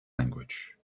language